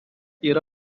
yra